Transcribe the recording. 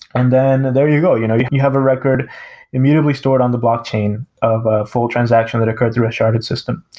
and then there you go. you know you you have a record immutably stored on the blockchain of a full transaction that occurred through a sharded system.